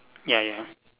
ya ya